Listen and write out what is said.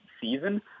season